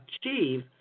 achieve